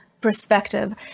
perspective